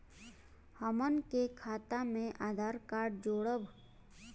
हमन के खाता मे आधार कार्ड जोड़ब?